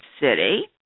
City